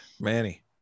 Manny